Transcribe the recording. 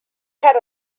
had